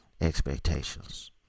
expectations